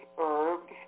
herbs